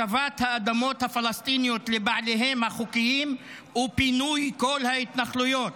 השבת האדמות הפלסטיניות לבעליהם החוקיים ופינוי כל ההתנחלויות.